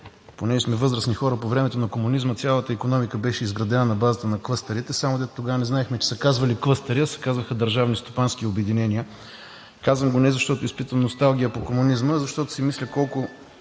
понеже сме възрастни хора, по времето на комунизма цялата икономика беше изградена на базата на клъстерите, само дето тогава не знаехме, че се казвали „клъстери“, а се казваха „държавни стопански обединения“. Казвам го не защото изпитвам носталгия по комунизма, а защото си мисля колко